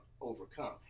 overcome